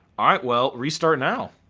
alright, well restart now.